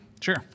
Sure